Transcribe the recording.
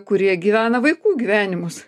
kurie gyvena vaikų gyvenimus